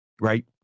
right